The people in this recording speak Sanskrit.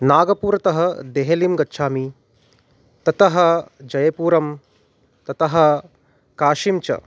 नागपुरतः देहलीं गच्छामि ततः जयपुरं ततः काशिञ्च